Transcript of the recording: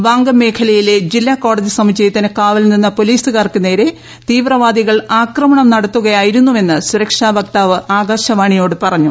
വാൻഗം മേഖലയിലെ ജില്ലാ കോടതി സമുച്ചയത്തിന് കാവൽനിന്ന പൊലീസുകാർക്ക് നേരെ തീവ്രവാദികൾ ആക്രമണം നടത്തുകയായിരുന്നുവെന്ന് സുരക്ഷാ വക്താവ് ആകാശവാണിയോട് പറഞ്ഞു